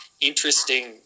interesting